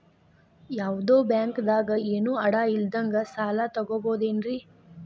ಯಾವ್ದೋ ಬ್ಯಾಂಕ್ ದಾಗ ಏನು ಅಡ ಇಲ್ಲದಂಗ ಸಾಲ ತಗೋಬಹುದೇನ್ರಿ?